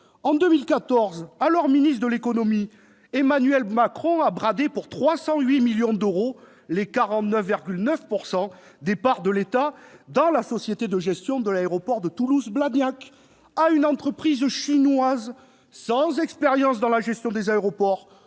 En 2014, alors ministre de l'économie, Emmanuel Macron a bradé pour 308 millions d'euros les 49,9 % de parts de l'État dans la société de gestion de l'aéroport de Toulouse-Blagnac ... Eh oui !... à une entreprise chinoise, sans expérience dans la gestion des aéroports,